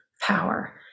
power